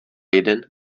jeden